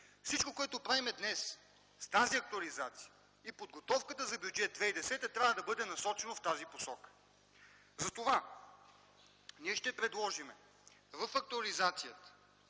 Всичко, което правим днес - тази актуализация и подготовката за Бюджет 2010, трябва да бъде насочено в тази посока. Затова ние ще предложим в актуализацията